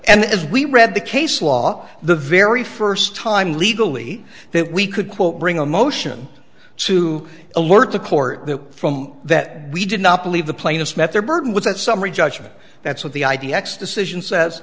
as we read the case law the very first time legally that we could quote bring a motion to alert the court from that we did not believe the plaintiffs met their burden with that summary judgment that's what the id x decision says